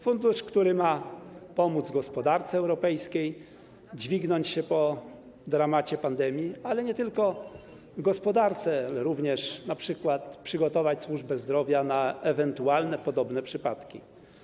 Fundusz, który ma pomóc gospodarce europejskiej dźwignąć się po dramacie pandemii, ale nie tylko w gospodarce, ma również przygotować służbę zdrowia na ewentualne podobne przypadki.